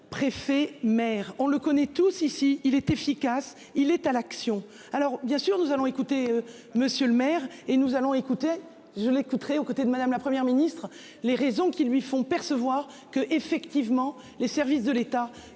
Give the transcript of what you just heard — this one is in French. Préfet maires on le connaît tous ici il est efficace, il est à l'action. Alors bien sûr nous allons écouter monsieur le maire et nous allons écouter je l'coûterait aux côtés de madame, la Première ministre. Les raisons qui lui font percevoir que effectivement les services de l'État